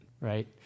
right